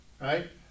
Right